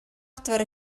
adfer